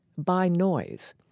by noise,